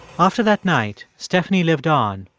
after that night, stephanie lived on,